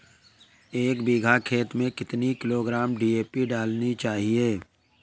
एक बीघा खेत में कितनी किलोग्राम डी.ए.पी डालनी चाहिए?